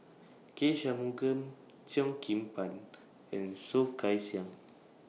K Shanmugam Cheo Kim Ban and Soh Kay Siang